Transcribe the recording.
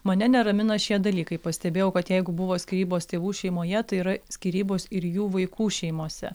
mane neramina šie dalykai pastebėjau kad jeigu buvo skyrybos tėvų šeimoje tai yra skyrybos ir jų vaikų šeimose